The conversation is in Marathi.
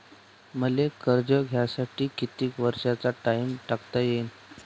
मले कर्ज घ्यासाठी कितीक वर्षाचा टाइम टाकता येईन?